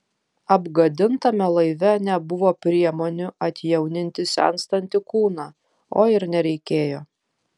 apgadintame laive nebuvo priemonių atjauninti senstantį kūną o ir nereikėjo